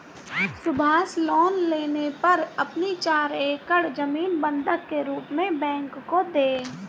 Subhash loan लेने पर अपनी चार एकड़ जमीन बंधक के रूप में बैंक को दें